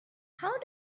how